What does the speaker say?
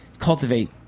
Cultivate